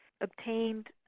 obtained